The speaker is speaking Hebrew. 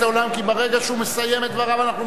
כי ברגע שהוא מסיים את דבריו אנחנו מצביעים.